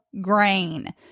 grain